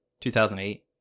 2008